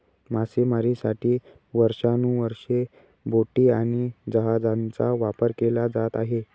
मासेमारीसाठी वर्षानुवर्षे बोटी आणि जहाजांचा वापर केला जात आहे